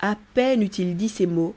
a peine eut-il dit ces mots